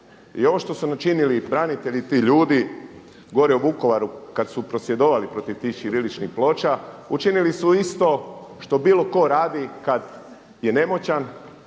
I ovo što su učinili branitelji ti ljudi gore u Vukovaru kada su prosvjedovali protiv tih ćiriličnih ploča učinili su isto što bilo ko radi kada je nemoćan